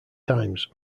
times